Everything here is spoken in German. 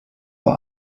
vor